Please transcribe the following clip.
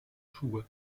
schuhe